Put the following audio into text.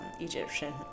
Egyptian